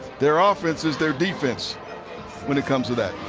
their ah offense is their defense when it comes to that.